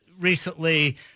recently